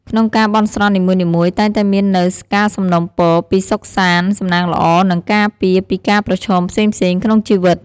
ក្នុងការ បន់ស្រន់នីមួយៗ តែងតែមាននូវ ការសំណូមពរ ពី សុខសាន្ត សំណាងល្អ និង ការពារពីការប្រឈមផ្សេងៗ ក្នុងជីវិត។